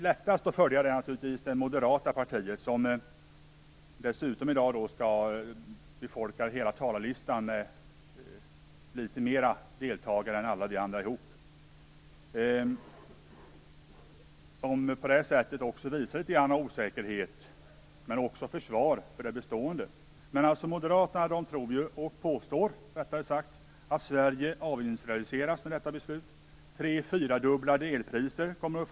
Lättast att följa är naturligtvis det moderata partiet, som i dag befolkar hela talarlistan. De har fler deltagare i debatten än alla de andra partierna ihop. På det sättet visar man litet grand av osäkerhet, men också att man vill försvara det bestående. Moderaterna påstår att Sverige avindustrialiseras med detta beslut. Vi kommer att få tre eller fyrdubblade elpriser.